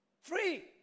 free